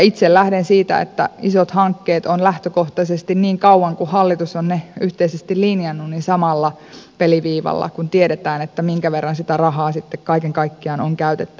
itse lähden siitä että isot hankkeet ovat lähtökohtaisesti niin kauan kuin hallitus on ne yhteisesti linjannut samalla peliviivalla kun tiedetään minkä verran sitä rahaa sitten kaiken kaikkiaan on käytettävissä